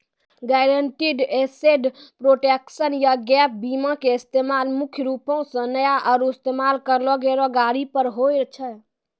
guaranteed asset protection या gap बीमा के इस्तेमाल मुख्य रूपो से नया आरु इस्तेमाल करलो गेलो गाड़ी पर होय छै